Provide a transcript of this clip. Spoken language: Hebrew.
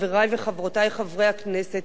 חברי וחברותי חברי הכנסת,